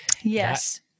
yes